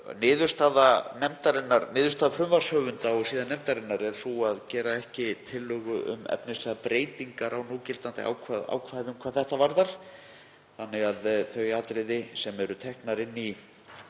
Niðurstaða frumvarpshöfunda og síðan nefndarinnar er sú að gera ekki tillögu um efnislegar breytingar á núgildandi ákvæðum hvað þetta varðar. Þau atriði sem eru tekin inn í